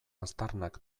aztarnak